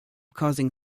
causing